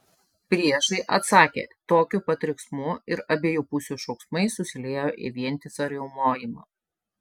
priešai atsakė tokiu pat riksmu ir abiejų pusių šūksmai susiliejo į vientisą riaumojimą